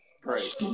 Great